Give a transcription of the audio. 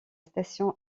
station